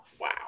wow